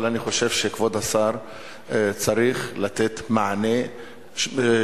אבל אני חושב שכבוד השר צריך לתת מענה שמתוחם